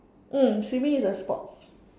mm swimming is a sport